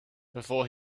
before